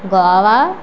Goa